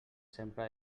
sempre